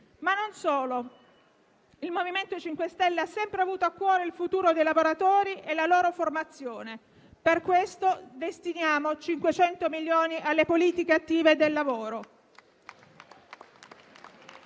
Ma non solo. Il MoVimento 5 Stelle ha sempre avuto a cuore il futuro dei lavoratori e la loro formazione. Per questo destiniamo 500 milioni alle politiche attive del lavoro.